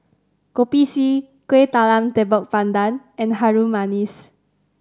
Kopi C Kuih Talam Tepong Pandan and Harum Manis